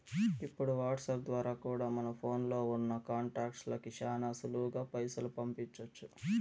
ఇప్పుడు వాట్సాప్ ద్వారా కూడా మన ఫోన్లో ఉన్నా కాంటాక్ట్స్ లకి శానా సులువుగా పైసలు పంపించొచ్చు